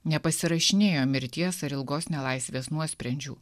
nepasirašinėjo mirties ar ilgos nelaisvės nuosprendžių